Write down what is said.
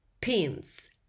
pins